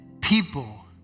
people